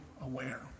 aware